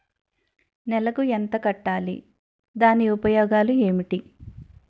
నెలకు ఎంత కట్టాలి? దాని ఉపయోగాలు ఏమిటి?